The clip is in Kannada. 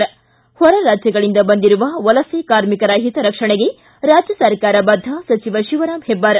ಿ ಹೊರ ರಾಜ್ಯಗಳಿಂದ ಬಂದಿರುವ ವಲಸೆ ಕಾರ್ಮಿಕರ ಹಿತರಕ್ಷಣೆಗೆ ರಾಜ್ಯ ಸರ್ಕಾರ ಬದ್ಧ ಸಚಿವ ಶಿವರಾಮ್ ಹೆಬ್ಲಾರ್